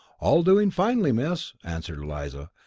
all doing finely, miss, answered eliza,